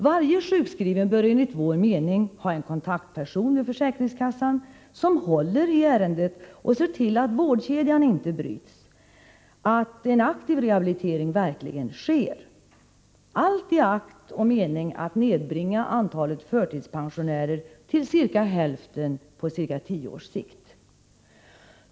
Varje sjukskriven bör enligt vår mening ha en kontaktperson vid försäkringskassan som håller i ärendet och ser till, att vårdkedjan inte bryts och att en aktiv rehabilitering verkligen sker — allt i akt och mening att nedbringa antalet förtidspensionärer till ungefär hälften på ca 10 års sikt.